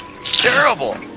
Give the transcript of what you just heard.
Terrible